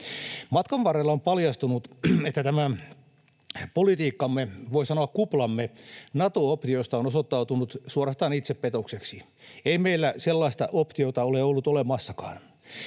Matkan varrella on paljastunut, että tämä politiikkamme, voi sanoa kuplamme, Nato-optiosta on osoittautunut suorastaan itsepetokseksi. Ei meillä sellaista optiota ole ollut olemassakaan.